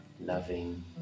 loving